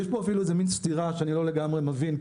יש פה אפילו איזה מן סתירה שאני לא לגמרי מבין,